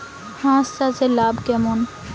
হাঁস চাষে লাভ কেমন?